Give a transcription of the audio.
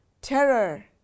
Terror